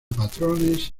patrones